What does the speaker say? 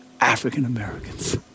African-Americans